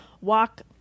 walk